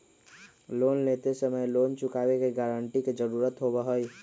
loan लेते समय loan चुकावे के गारंटी के जरुरत होबा हई